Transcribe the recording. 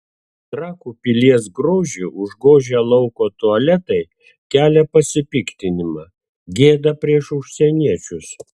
trakų pilies grožį užgožę lauko tualetai kelia pasipiktinimą gėda prieš užsieniečius